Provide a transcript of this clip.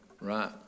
Right